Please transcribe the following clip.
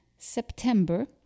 September